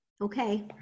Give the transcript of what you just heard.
Okay